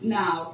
now